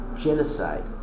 Genocide